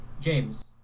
James